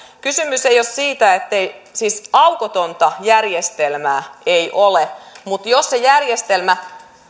kysymys on siis siitä että aukotonta järjestelmää ei ole mutta jos se järjestelmä